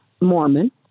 Mormon